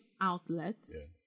outlets